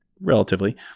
relatively